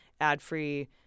ad-free